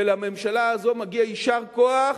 ולממשלה הזאת מגיע "יישר כוח"